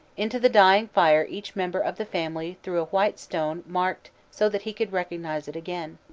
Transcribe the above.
into the dying fire each member of the family threw a white stone marked so that he could recognize it again.